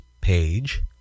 page